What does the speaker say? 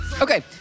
Okay